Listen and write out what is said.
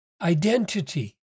identity